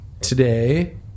today